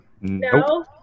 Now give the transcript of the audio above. No